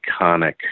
iconic